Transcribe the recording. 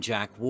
Jack